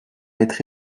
être